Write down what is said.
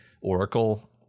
oracle